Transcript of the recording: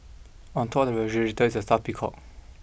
on top of the refrigerator there is a stuffed peacock